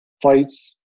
fights